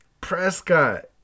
Prescott